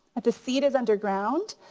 that the seed is underground,